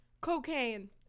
Cocaine